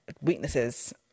weaknesses